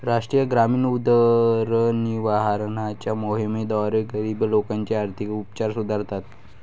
राष्ट्रीय ग्रामीण उदरनिर्वाहाच्या मोहिमेद्वारे, गरीब लोकांचे आर्थिक उपचार सुधारतात